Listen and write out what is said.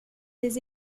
des